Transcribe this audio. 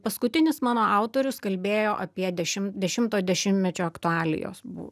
paskutinis mano autorius kalbėjo apie dešim dešimto dešimtmečio aktualijos buvo